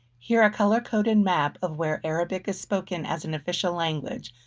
here, a color coded map of where arabic is spoken as an official language,